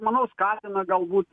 manau skatina galbūt